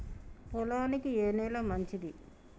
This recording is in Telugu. పొలానికి ఏ నేల మంచిది?